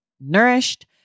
nourished